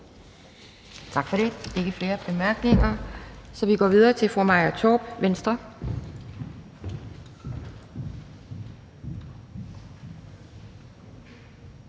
Tak for det. Der er ikke flere bemærkninger. Vi går videre til fru Maja Torp, Venstre.